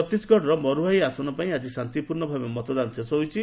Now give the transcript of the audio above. ଛତିଶଗଡ଼ରେ ମର୍ୱାହି ଆସନ ପାଇଁ ଆଜି ଶାନ୍ତିପୂର୍ଣ୍ଣ ଭାବେ ମତଦାନ ଶେଷ ହୋଇଛି